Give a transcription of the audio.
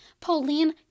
Pauline